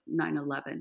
9-11